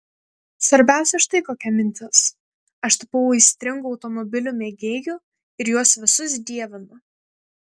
svarbiausia štai kokia mintis aš tapau aistringu automobilių mėgėju ir juos visus dievinu